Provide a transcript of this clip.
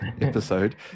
episode